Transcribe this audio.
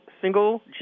single